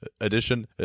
edition